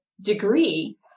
degree